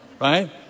right